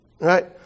right